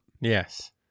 Yes